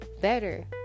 better